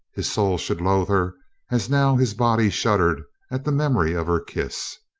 his soul should loathe her as now his body shuddered at the memory of her kiss.